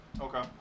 Okay